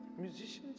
musicians